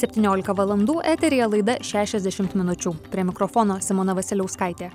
septyniolika valandų eteryje laida šešiasdešimt minučių prie mikrofono simona vasiliauskaitė